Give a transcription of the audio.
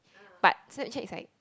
but Snapchat is like